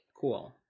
Cool